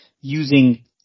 using